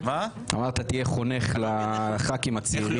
אמרת, תהיה חונך לחברי הכנסת הצעירים.